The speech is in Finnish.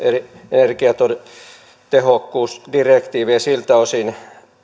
energiatehokkuusdirektiiviä siltä osin